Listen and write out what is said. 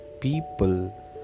people